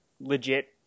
legit